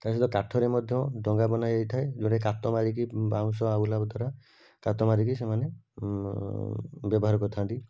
ତା' ସହିତ କାଠର ମଧ୍ୟ ଡ଼ଙ୍ଗା ବନା ଯାଇଥାଏ ଯେଉଁଟା କାତ ମାରିକି ବାଉଁଶ ଆହୁଲା ଦ୍ଵାରା କାତ ମାରିକି ସେମାନେ ବ୍ୟବାହାର କରିଥାନ୍ତି